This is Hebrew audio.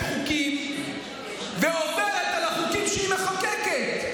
חוקים ועוברת על החוקים שהיא מחוקקת,